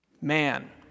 Man